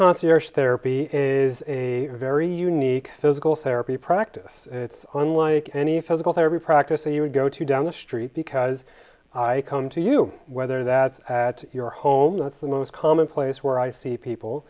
concierge therapy is a very unique physical therapy practice it's unlike any physical therapy practice that you would go to down the street because i come to you whether that's at your home that's the most common place where i see people